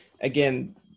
again